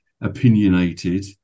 opinionated